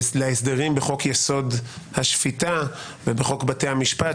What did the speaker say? להסדרים בחוק-יסוד: השפיטה ובחוק בתי המשפט,